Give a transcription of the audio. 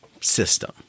system